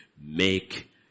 make